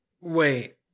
Wait